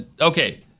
Okay